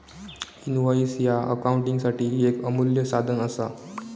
invoice ह्या अकाउंटिंगसाठी येक अमूल्य साधन असा